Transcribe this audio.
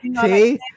See